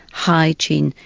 hygiene,